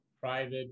private